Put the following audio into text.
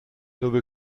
dove